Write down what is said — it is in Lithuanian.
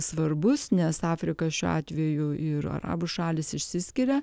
svarbus nes afrika šiuo atveju ir arabų šalys išsiskiria